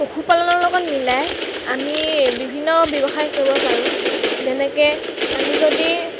পশুপালনৰ লগত মিলাই আমি বিভিন্ন ব্যৱসায় কৰিব পাৰোঁ যেনেকৈ আমি যদি